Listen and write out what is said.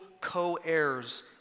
co-heirs